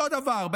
אותו דבר,